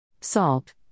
salt